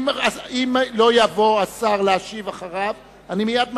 אם לא יבוא השר להשיב אחריו, אני מייד מצביע,